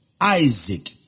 Isaac